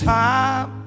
time